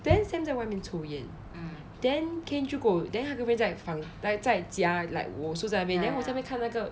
then sam 在外面抽烟 then kain 就跟我 then 他 girlfriend 在房在家 like 我坐在那边那边看那个